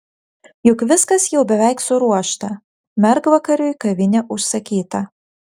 juk viskas jau beveik suruošta mergvakariui kavinė užsakyta